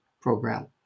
program